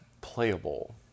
playable